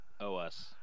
OS